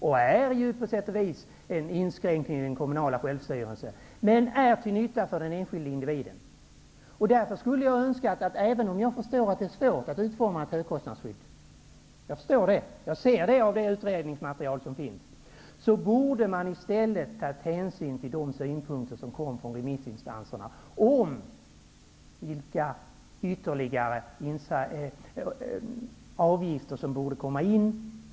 Den är på sätt och vis en inskränkning av den kommunala självstyrelsen. Men den är till nytta för den enskilde individen. Jag förstår att det är svårt att utforma ett högkostnadsskydd. Jag ser det av det utredningsmaterial som finns. Jag önskar att man i stället hade tagit hänsyn till de synpunkter som kom från remissinstanserna om vilka ytterligare avgifter som borde komma in.